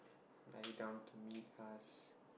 are you down to meet us